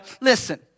Listen